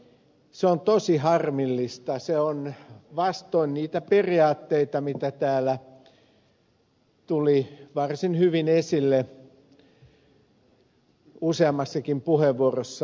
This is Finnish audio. se on tosi harmillista se on vastoin niitä periaatteita mitä täällä tuli varsin hyvin esille useammassakin puheenvuorossa